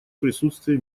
присутствия